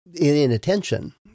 inattention